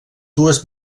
dues